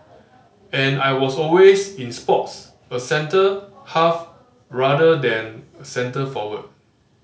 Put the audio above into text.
and I was always in sports a centre half rather than centre forward